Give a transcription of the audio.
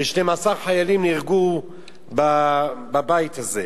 ו-12 חיילים נהרגו בבית הזה.